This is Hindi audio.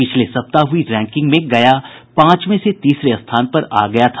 पिछले सप्ताह हुई रैंकिंग में गया पांचवे से तीसरे स्थान पर आ गया था